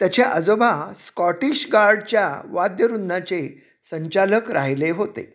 त्याचे आजोबा स्कॉटिश गार्डच्या वाद्यवृंदाचे संचालक राहिले होते